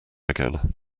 again